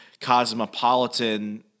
Cosmopolitan